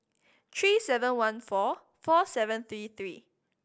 three seven one four four seven three three